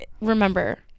remember